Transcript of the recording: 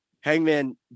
Hangman